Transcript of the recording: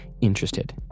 interested